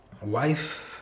wife